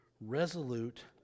resolute